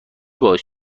باعث